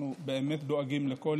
אנחנו באמת דואגים לכל